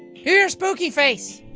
your your spooky face.